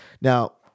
Now